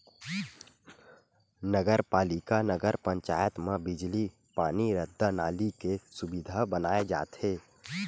नगर पालिका, नगर पंचायत म बिजली, पानी, रद्दा, नाली के सुबिधा बनाए जाथे